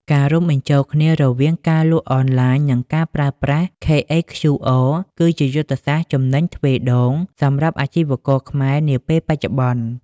ការរួមបញ្ចូលគ្នារវាង ការលក់អនឡាញ និងការប្រើប្រាស់ KHQR គឺជាយុទ្ធសាស្ត្រ "ចំណេញទ្វេដង" សម្រាប់អាជីវករខ្មែរនាពេលបច្ចុប្បន្ន។